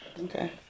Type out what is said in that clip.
Okay